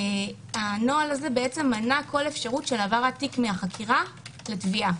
כל אפשרות של העברת תיק מהחקירה לתביעה.